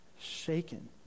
Shaken